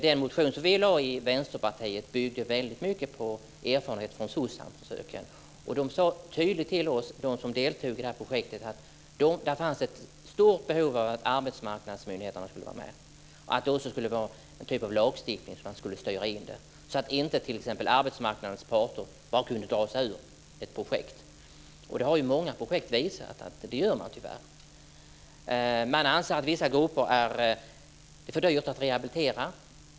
Den motion som vi har väckt från Vänsterpartiet bygger mycket på erfarenhet från dessa försök. De som deltog i projektet sade tydligt till oss att det finns ett stort behov av att arbetsmarknadsmyndigheterna skulle vara med. Det borde också finnas någon typ av lagstiftning för att styra det hela, så att inte t.ex. arbetsmarknadens parter bara kan dra sig ur ett projekt. I många projekt har det visat sig att man tyvärr gör så. Man anser att det är för dyrt att rehabilitera vissa grupper.